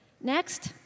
next